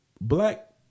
Black